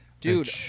dude